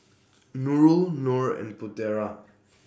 Nurul Nor and Putera